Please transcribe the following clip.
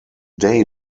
day